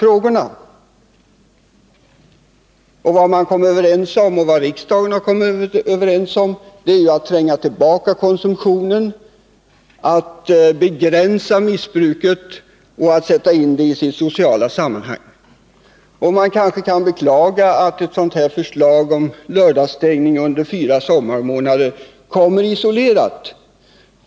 Vad man där kom överens om — och som riksdagen också har kommit överens om — är att man måste försöka tränga tillbaka konsumtionen, begränsa missbruket och sätta in det i det sociala sammanhanget. Man kan kanske beklaga att ett sådant här förslag om lördagsstängning av systembutikerna under fyra sommarmånader kommer isolerat.